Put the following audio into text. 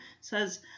says